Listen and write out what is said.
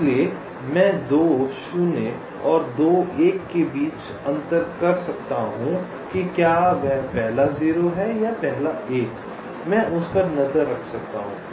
इसलिए मैं 2 शून्य और 2 एक के बीच अंतर कर सकता हूं कि क्या वे पहला 0 या पहला 1 हैं मैं उस पर नज़र रख सकता हूं